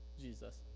Jesus